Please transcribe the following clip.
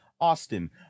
Austin